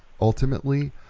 ultimately